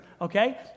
Okay